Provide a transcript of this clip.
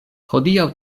hodiaŭ